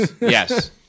Yes